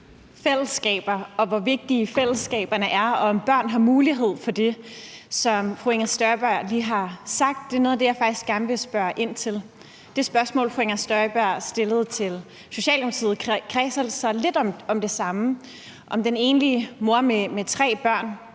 Fællesskaber, hvor vigtige fællesskaberne er, og om børn har mulighed for at deltage i det, som fru Inger Støjberg lige har talt om, er noget af det, jeg faktisk gerne vil spørge ind til. Det spørgsmål, fru Inger Støjberg stillede til Socialdemokratiets ordfører, kredsede lidt om det samme, nemlig om den enlige mor med tre børn